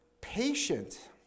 patient